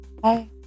Bye